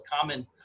common